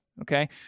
okay